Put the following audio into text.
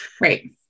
Right